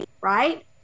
right